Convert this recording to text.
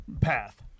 path